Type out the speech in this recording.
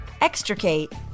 Extricate